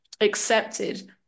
accepted